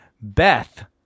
Beth